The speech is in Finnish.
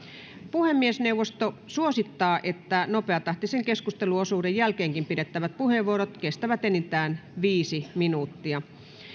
puhemiesneuvosto suosittaa että nopeatahtisen keskusteluosuuden jälkeenkin pidettävät puheenvuorot kestävät enintään viisi minuuttia